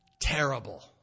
terrible